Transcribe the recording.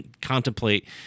contemplate